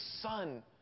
son